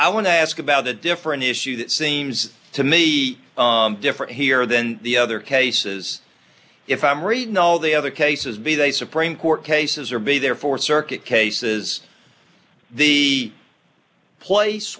i want to ask about a different issue that seems to me different here than the other cases if i'm reading all the other cases be they supreme court cases or be there for circuit cases the place